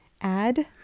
add